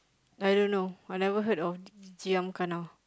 I don't know I never heard of giam gana